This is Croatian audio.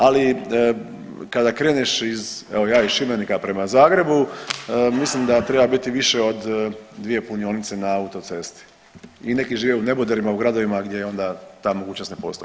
Ali kada kreneš iz, evo ja iz Šibenika prema Zagrebu mislim da treba biti više od dvije punionice na autocesti i neki žive u neboderima u gradovima gdje onda ta mogućnost ne postoji.